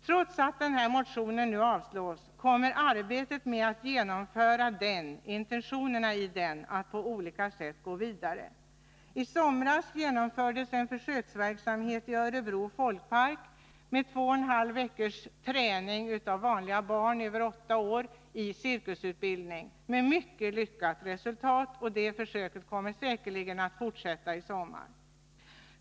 Trots att motionen nu avslås kommer arbetet med att genomföra intentionerna i den att på olika sätt gå vidare. I somras genomfördes en försöksverksamhet i Örebro folkpark med två och en halv veckas träning av vanliga barn över åtta år i cirkusutbildning, med mycket lyckat resultat, och det försöket kommer säkerligen att fortsätta i sommar.